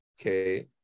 Okay